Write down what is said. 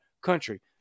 country